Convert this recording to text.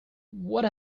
what